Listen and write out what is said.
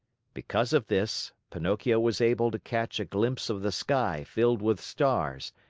because of this, pinocchio was able to catch a glimpse of the sky filled with stars,